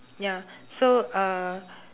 ya so uh